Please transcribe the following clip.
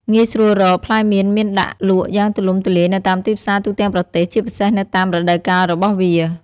ងាយស្រួលរក ផ្លែមៀនមានដាក់លក់យ៉ាងទូលំទូលាយនៅតាមទីផ្សារទូទាំងប្រទេស ជាពិសេសនៅតាមរដូវកាលរបស់វា។